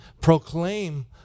proclaim